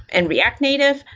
and react native,